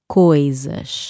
coisas